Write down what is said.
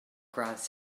gradd